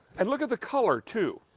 and look at the color too.